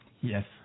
Yes